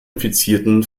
infizierten